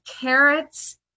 carrots